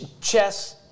chess –